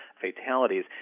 fatalities